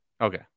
okay